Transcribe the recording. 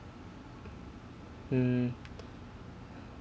mm